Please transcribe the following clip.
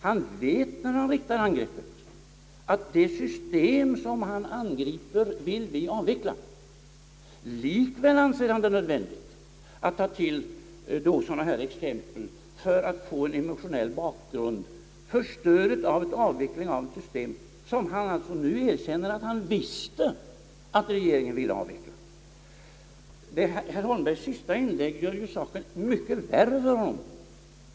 Han vet, när han riktar angreppet mot systemet, att vi vill avveckla det. Likväl anser han det lämpligt att ta till sådana exempel för att få en emotionell bakgrund till stöd för avveckling av ett system som han, enligt vad han erkänner, visste att regeringen vill avveckla. Herr Holmbergs senaste inlägg gör saken mycket värre för honom.